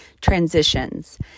transitions